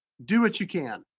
do what you can.